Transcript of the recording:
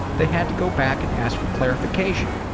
they had to go back and ask for clarification.